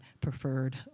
preferred